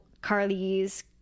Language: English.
Carly's